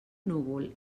núvol